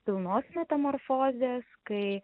pilnos metamorfozės kai